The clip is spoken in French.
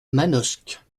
manosque